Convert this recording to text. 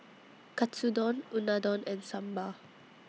Katsudon Unadon and Sambar